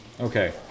Okay